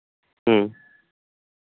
ᱦᱮᱸ